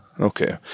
okay